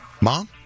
Mom